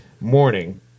morning